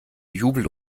jubel